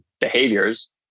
behaviors